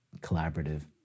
collaborative